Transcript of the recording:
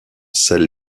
celle